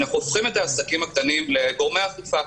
אנחנו הופכים את העסקים הקטנים לגורמי אכיפה.